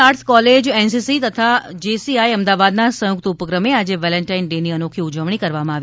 આટર્સ college NCC તથા JCI અમદાવાદના સંયુક્ત ઉપક્રમે આજે વેલેન્ટાઇન્સ ડે ની અનોખી ઉજવણી કરવામાં આવી